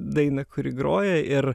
dainą kuri groja ir